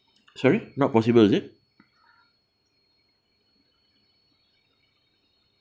sorry not possible is it